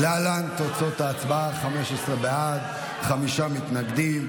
להלן תוצאות ההצבעה: 15 בעד, חמישה מתנגדים.